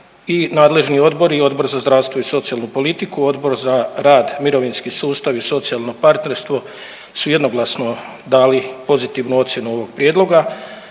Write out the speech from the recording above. i nadležni odbori i Odbor za zdravstvo i socijalnu politiku, Odbor za rad, mirovinski sustav i socijalno partnerstvo su jednoglasno dali pozitivnu ocjenu ovog prijedloga,